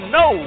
no